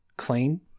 Clean